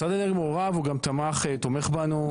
משרד האנרגיה מעורב, הוא גם תומך בנו.